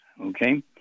okay